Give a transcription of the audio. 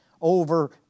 over